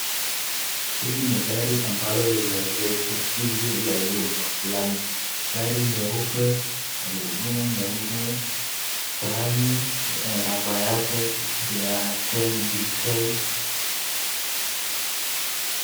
Hili ni gari ambalo limeegeshwa nje ya jumba fulani. Gari nyeupe, magurudumu meupe, sahani ya namba yake ya KDK.